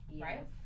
right